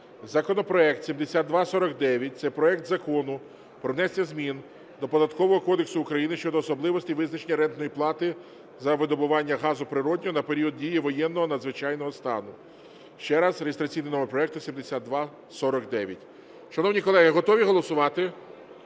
законопроект 7249. Це проект Закону про внесення змін до Податкового кодексу України щодо особливостей визначення рентної плати за видобування газу природного на період дії воєнного, надзвичайного стану. Ще раз реєстраційний номер проекту 7249. Шановні колеги, готові голосувати?